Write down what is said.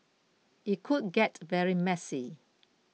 it could get very messy